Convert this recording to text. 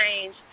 change